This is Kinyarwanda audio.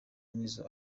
nizzo